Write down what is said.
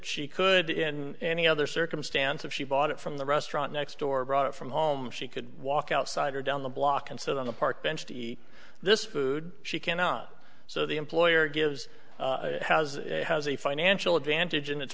she could in any other circumstance of she bought it from the restaurant next door brought it from home she could walk outside or down the block and sit on a park bench to eat this food she cannot so the employer gives it has has a financial advantage in it